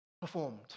performed